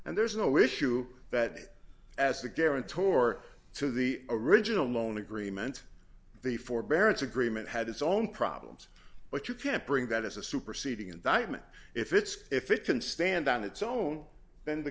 and there's no issue that as the guarantor to the original loan agreement the forbearance agreement had its own problems but you can't bring that as a superseding indictment if it's if it can stand on its own then the